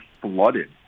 flooded